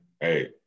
hey